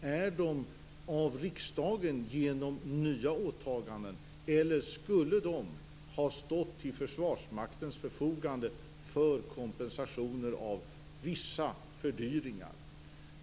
Har de använts av riksdagen för nya åtaganden? Skulle de ha stått till Försvarsmaktens förfogande för kompensationer av vissa fördyringar?